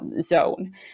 zone